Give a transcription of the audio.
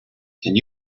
can